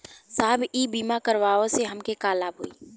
साहब इ बीमा करावे से हमके का लाभ होई?